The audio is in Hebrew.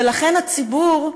ולכן, הציבור,